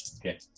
Okay